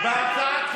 אבל,